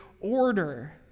order